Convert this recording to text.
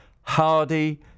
Hardy